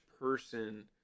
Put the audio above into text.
person